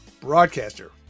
broadcaster